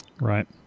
Right